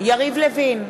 יריב לוין,